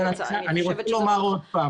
באופן אישי אני חושבת שזה בעייתי,